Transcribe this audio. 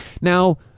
Now